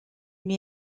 une